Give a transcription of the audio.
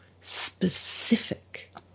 specific